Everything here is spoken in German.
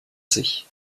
sich